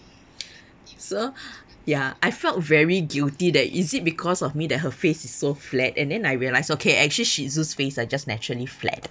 so ya I felt very guilty that is it because of me that her face is so flat and then I realised okay actually shih tzus' face are just naturally flat